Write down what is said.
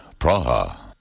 Praha